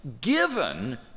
given